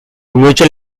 mutual